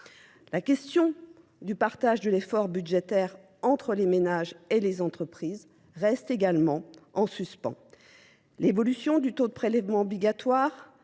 La question du partage de l'effort budgétaire entre les ménages et les entreprises reste également en suspens. L'évolution du taux de prélèvement obligatoire,